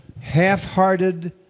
Half-hearted